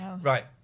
Right